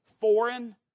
foreign